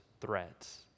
threats